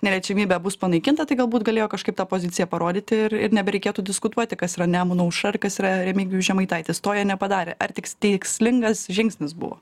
neliečiamybė bus panaikinta tai galbūt galėjo kažkaip tą poziciją parodyti ir ir nebereikėtų diskutuoti kas yra nemano aušra ar kas yra remigijus žemaitaitis to jie nepadarė ar tiks tikslingas žingsnis buvo